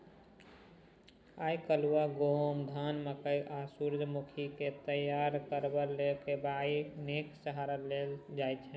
आइ काल्हि गहुम, धान, मकय आ सूरजमुखीकेँ तैयार करबा लेल कंबाइनेक सहारा लेल जाइ छै